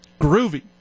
groovy